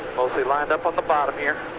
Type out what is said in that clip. mostly lined up of the bottom here.